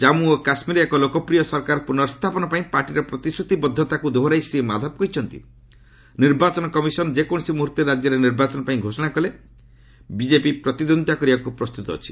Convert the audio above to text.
କାମ୍ମୁ ଓ କାଶ୍ମୀରରେ ଏକ ଲୋକପ୍ରିୟ ସରକାର ପୁର୍ନସ୍ଥାପନ ପାଇଁ ପାର୍ଟିର ପ୍ରତିଶ୍ରୁତିବଦ୍ଧତାକୁ ଦୋହରାଇ ଶ୍ରୀ ମାଧବ କହିଛନ୍ତି ନିର୍ବାଚନ କମିଶନ ଯେକୌଣସି ମୁହୂର୍ତ୍ତରେ ରାଜ୍ୟରେ ନିର୍ବାଚନ ପାଇଁ ଘୋଷଣା କଲେ ବିଜେପି ପ୍ରତିଦ୍ୱନ୍ଦିତା କରିବାକୁ ପ୍ରସ୍ତୁତ ଅଛି